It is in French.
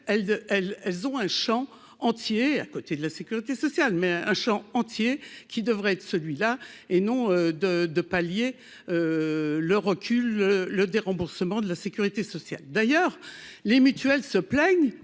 elles ont un Champ entier à côté de la sécurité sociale mais un Champ entier qui devrait être celui-là et non de de pallier le recul le déremboursement de la sécurité sociale, d'ailleurs, les mutuelles se plaignent